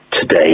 today